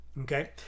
okay